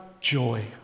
joy